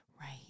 Right